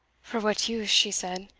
for what use, she said,